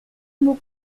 mot